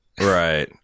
Right